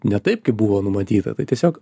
ne taip kaip buvo numatyta tai tiesiog